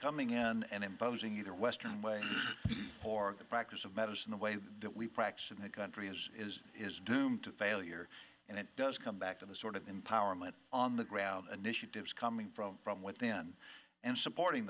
coming in and imposing their western way for the practice of medicine the way that we practice in the country is is doomed to failure and it does come back to the sort of empowerment on the ground initiatives coming from from within and supporting